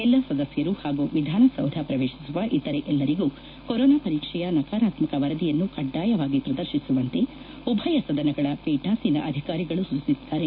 ಎಲ್ಲಾ ಸದಸ್ನರು ಹಾಗೂ ವಿಧಾನಸೌಧ ಪ್ರವೇಶಿಸುವ ಇತರೆ ಎಲ್ಲರಿಗೂ ಕೊರೊನಾ ಪರೀಕ್ಷೆಯ ನಕಾರಾತ್ನಕ ವರದಿಯನ್ನು ಕಡ್ಲಾಯವಾಗಿ ಪ್ರದರ್ಶಿಸುವಂತೆ ಉಭಯ ಸದನಗಳ ಪೀಠಾಸೀನ ಅಧಿಕಾರಿಗಳು ಸೂಚಿಸಿದ್ದಾರೆ